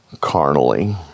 carnally